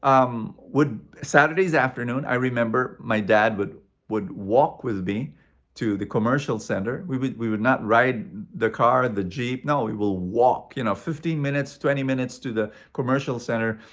um would. saturday afternoon, i remember, my dad would would walk with me to the commercial center. we would, we would not ride the car, the jeep. no. we will walk, you know, fifteen minutes, twenty minutes to the commercial center.